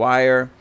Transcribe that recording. Wire